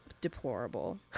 deplorable